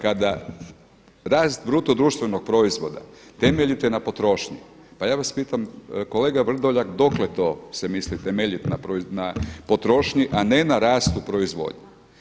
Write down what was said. Kada rast bruto društvenog proizvoda temeljite na potrošnji pa ja vas pitam kolega Vrdoljak dokle to se misli temeljit na potrošnji, a ne na rastu proizvodnje.